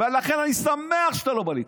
ולכן, אני שמח שאתה לא בליכוד.